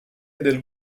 del